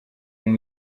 muri